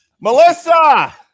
Melissa